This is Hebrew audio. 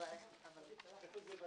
ההצעה התקבלה.